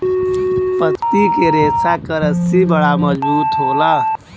पत्ती के रेशा क रस्सी बड़ा मजबूत होला